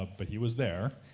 ah but he was there,